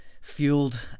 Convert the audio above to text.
fueled